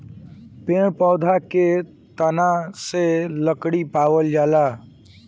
पेड़ पौधा के तना से लकड़ी पावल जाला